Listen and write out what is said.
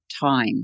time